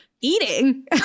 eating